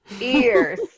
ears